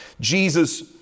Jesus